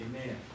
Amen